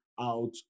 out